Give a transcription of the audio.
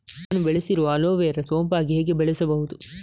ನಾನು ಬೆಳೆಸಿರುವ ಅಲೋವೆರಾ ಸೋಂಪಾಗಿ ಹೇಗೆ ಬೆಳೆಸಬಹುದು?